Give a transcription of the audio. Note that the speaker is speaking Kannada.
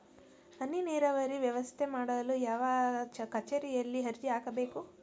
ಹನಿ ನೇರಾವರಿ ವ್ಯವಸ್ಥೆ ಮಾಡಲು ಯಾವ ಕಚೇರಿಯಲ್ಲಿ ಅರ್ಜಿ ಹಾಕಬೇಕು?